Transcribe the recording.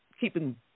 keeping